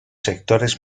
sectores